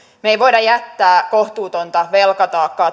me emme voi jättää kohtuutonta velkataakkaa